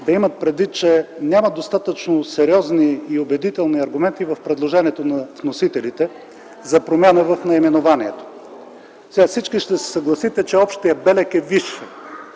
да имат предвид, че няма достатъчно сериозни и убедителни аргументи в предложението на вносителите за промяна в наименованието. Всички ще се съгласите, че общият белег е висш,